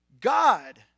God